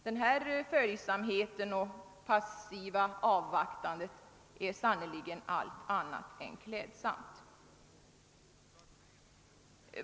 Denna följsamhet och detta passiva avvaktande är sannerligen allt annat än klädsamt.